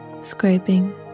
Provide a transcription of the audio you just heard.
scraping